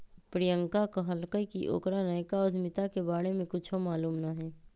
प्रियंका कहलकई कि ओकरा नयका उधमिता के बारे में कुछो मालूम न हई